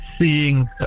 seeing